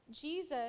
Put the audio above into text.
Jesus